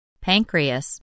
Pancreas